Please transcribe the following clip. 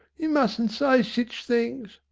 you mustn't say sich things!